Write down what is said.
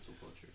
Culture